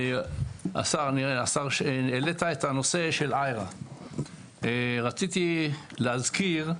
השר, העלית את הנושא של IHRA. רציתי להזכיר,